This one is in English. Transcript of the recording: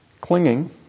Clinging